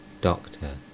Doctor